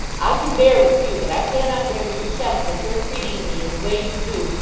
i can bear with you, but i cannot bear the contempt that your treating me in the way you do,